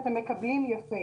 לרכיבה.